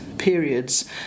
Periods